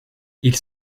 ils